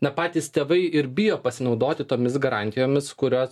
na patys tėvai ir bijo pasinaudoti tomis garantijomis kurios